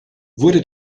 wurde